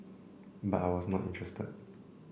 but I was not interested